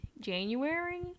January